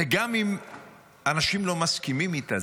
וגם אם אנשים לא מסכימים איתה,